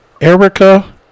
Erica